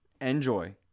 Enjoy